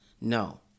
No